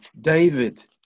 David